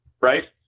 right